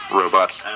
robots